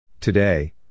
Today